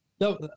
No